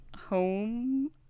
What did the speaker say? home